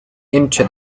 into